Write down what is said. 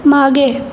मागे